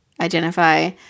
identify